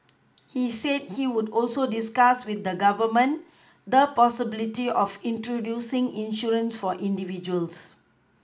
he said he would also discuss with the Government the possibility of introducing insurance for individuals